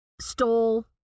stole